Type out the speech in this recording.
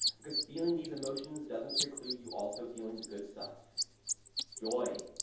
because feeling these emotions doesn't preclude you also feeling the good stuff joy,